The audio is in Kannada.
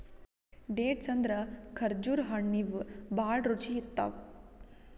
ಡೇಟ್ಸ್ ಅಂದ್ರ ಖರ್ಜುರ್ ಹಣ್ಣ್ ಇವ್ ಭಾಳ್ ರುಚಿ ಇರ್ತವ್